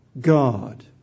God